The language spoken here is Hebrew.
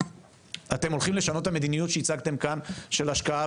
אתם הולכים לשנות את המדיניות שהצגתם כאן בהשקעה